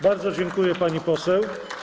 Bardzo dziękuję, pani poseł.